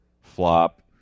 Flop